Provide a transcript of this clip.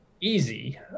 easy